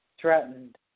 threatened